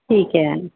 ਠੀਕ ਹੈ